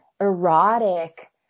erotic